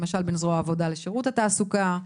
למשל בין זרוע העבודה לשירות התעסוקה.